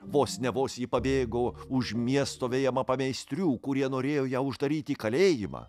vos ne vos ji pabėgo už miesto vejama pameistrių kurie norėjo ją uždaryti į kalėjimą